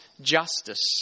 justice